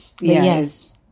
Yes